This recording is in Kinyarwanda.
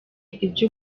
ibyo